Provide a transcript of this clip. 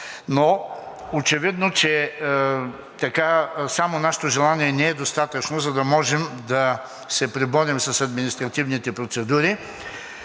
но очевидно, че само нашето желание не е достатъчно, за да можем да се преборим с административните процедури.